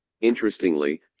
Interestingly